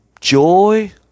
joy